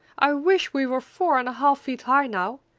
i wish we were four and a half feet high now!